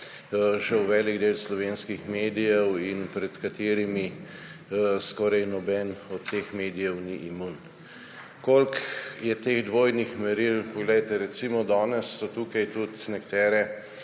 žal, velik del Slovenskih medijev in pred katerimi skoraj noben od teh medijev ni imun. Koliko je teh dvojnih meril? Poglejte, recimo, danes so tukaj tudi nekatere